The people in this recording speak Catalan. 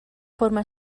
forma